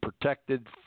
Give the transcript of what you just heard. protected